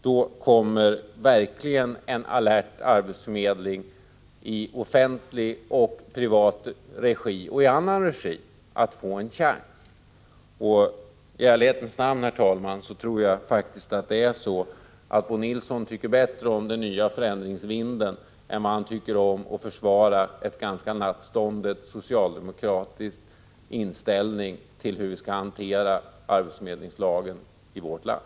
Då kommer en alert arbetsförmedling i offentlig och privat regi — och även i annan regi — verkligen att få en chans. I ärlighetens namn, herr talman, tror jag faktiskt att Bo Nilsson tycker bättre om den nya förändringsvinden än om att försvara en ganska nattstånden socialdemokratisk inställning till hur vi skall hantera arbetsförmedlingslagen i vårt land.